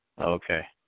Okay